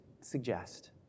suggest